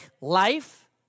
life